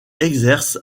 exerce